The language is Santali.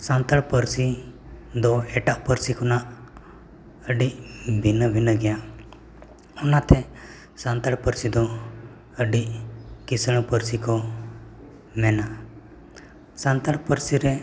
ᱥᱟᱱᱛᱟᱲ ᱯᱟᱹᱨᱥᱤ ᱫᱚ ᱮᱴᱟᱜ ᱯᱟᱹᱨᱥᱤ ᱠᱷᱚᱱᱟᱜ ᱟᱹᱰᱤ ᱵᱷᱤᱱᱟᱹᱼᱵᱷᱤᱱᱟᱹ ᱜᱮᱭᱟ ᱚᱱᱟᱛᱮ ᱥᱟᱱᱛᱟᱲ ᱯᱟᱹᱨᱥᱤ ᱫᱚ ᱟᱹᱰᱤ ᱠᱤᱥᱟᱹᱬ ᱯᱟᱹᱨᱥᱤ ᱠᱚ ᱢᱮᱱᱟ ᱥᱟᱱᱛᱟᱲ ᱯᱟᱹᱨᱥᱤ ᱨᱮ